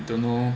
don't know